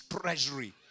treasury